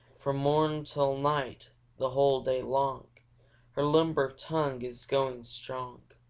from morn till night the whole day long her limber tongue is going strong.